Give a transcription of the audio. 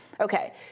Okay